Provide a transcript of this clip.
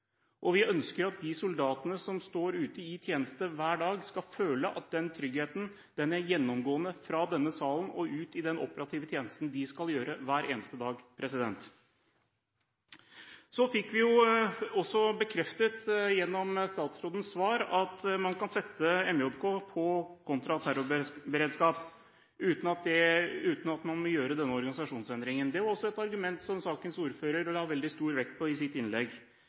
riktige. Vi ønsker at de soldatene som står ute i tjeneste hver dag, skal føle at den tryggheten er gjennomgående – fra denne salen og ut i den operative tjenesten de skal gjøre hver eneste dag. Vi fikk gjennom statsrådens svar bekreftet at man kan sette MJK på kontraterrorberedskap, uten at man må gjøre denne organisasjonsendringen. Det var også et argument som sakens ordfører la stor vekt på i sitt innlegg.